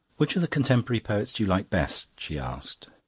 which of the contemporary poets do you like best? she asked.